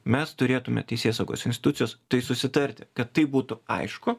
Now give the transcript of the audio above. mes turėtume teisėsaugos institucijos tai susitarti kad tai būtų aišku